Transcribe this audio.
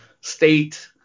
state